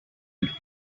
del